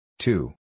Two